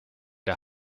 der